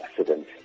accident